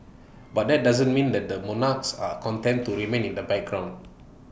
but that doesn't mean that the monarchs are content to remain in the background